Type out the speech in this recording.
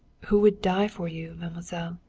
who would die for you, mademoiselle.